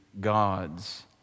God's